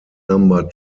number